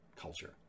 culture